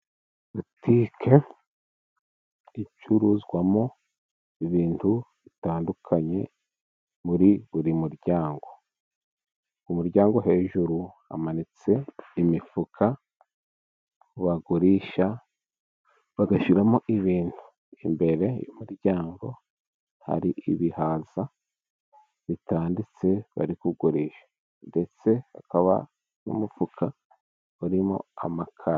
Butike icuruzwamo ibintu bitandukanye muri buri muryango. Mu muryango hejuru hamanitse imifuka bagurisha bagashyiramo ibintu, imbere y'umuryango hari ibihaza bitanditse bari kugurisha, ndetse hakaba n'umufuka urimo amakara.